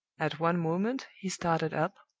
at one moment he started up,